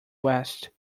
west